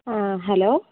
ആ ഹലോ